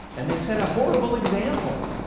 and they set a horrible example.